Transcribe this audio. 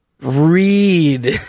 read